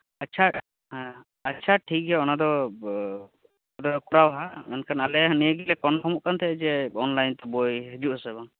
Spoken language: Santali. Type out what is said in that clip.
ᱟᱪ ᱪᱷᱟ ᱦᱮᱸ ᱟᱪ ᱪᱷᱟ ᱴᱷᱤᱠ ᱜᱮᱭᱟ ᱚᱱᱟ ᱫᱚ ᱯᱮ ᱫᱚᱞᱮ ᱠᱚᱨᱟᱣᱟ ᱢᱮᱱᱠᱷᱟᱱ ᱟᱞᱮ ᱱᱤᱭᱟᱹ ᱜᱮᱞᱮ ᱠᱚᱱᱯᱷᱟᱨᱢᱚᱜ ᱠᱟᱱᱟ ᱛᱟᱦᱮᱸᱜ ᱡᱮ ᱚᱱᱞᱟᱭᱤᱱ ᱛᱮ ᱵᱳᱭ ᱦᱤᱡᱩᱜᱼᱟ ᱥᱮ ᱵᱟᱝ